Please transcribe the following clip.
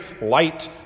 light